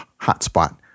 hotspot